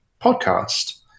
podcast